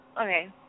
Okay